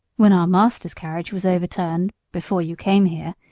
when our master's carriage was overturned, before you came here,